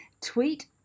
tweet